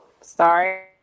sorry